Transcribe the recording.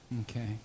Okay